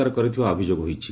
ର କରିଥିବା ଅଭିଯୋଗ ହୋଇଛି